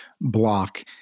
block